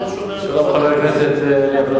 זה מה שאומר, שלום, חבר הכנסת אפללו.